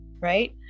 Right